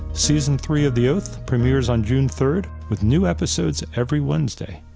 season three of the oath premieres on june third with new episodes every wednesday